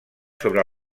sobre